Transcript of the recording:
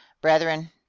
brethren